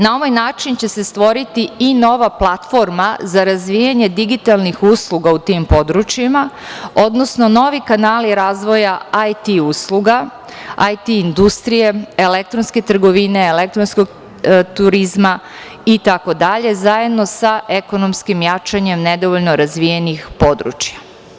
Na ovaj način će se stvoriti i nova platforma za razvijanje digitalnih usluga u tim područjima, odnosno novi kanali razvoja IT usluga, IT industrije, elektronske trgovine, elektronskog turizma itd, zajedno sa ekonomskim jačanjem nedovoljno razvijenih područja.